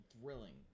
thrilling